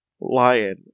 lion